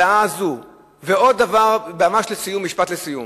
עוד דבר, משפט ממש לסיום.